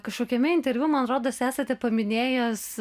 kažkokiame interviu man rodos esate paminėjęs